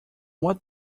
what